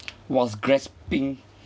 whilst grasping